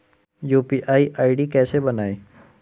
UPI ID कैसे बनाएं?